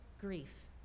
grief